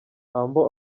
humble